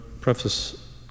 preface